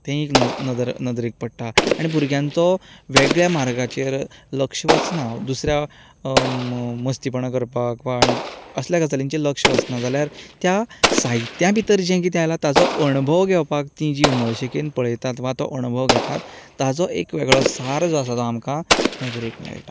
तेंय नदर नदर नदरेक पडटा आनी भुरग्यांचो वेगळ्या मार्गाचेर लक्ष वचना दुसऱ्या म म मस्तेपणां करपाक वा आनी असल्या गजालींचेर लक्ष वचना जाल्यार त्या साहित्या भितर जें कितें आसा ताचो अणभव घेवपाक तीं जी उमळशीकेन पळयतात वा तो अणभव घेतात ताचो एक वेगळो सार जो आसा तो आमकां नदरेक मेळटा